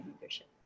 leadership